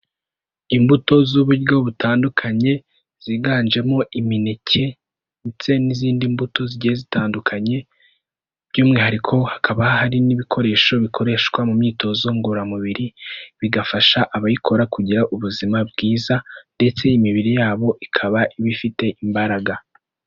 Imbuto z'uburyo butandukanye ziganjemo imineke ndetse n'izindi mbuto zigiye zitandukanye by'umwihariko hakaba hari n'ibikoresho bikoreshwa mu myitozo ngororamubiri, bigafasha abayikora kugira ubuzima bwiza ndetse imibiri yabo ikaba iba ifite imbaraga.